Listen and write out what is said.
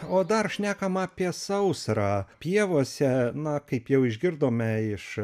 o dar šnekam apie sausrą pievose na kaip jau išgirdome iš